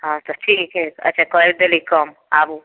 हँ तऽ ठीक हइ अच्छा करि देली कम आबू